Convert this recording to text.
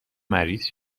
مریض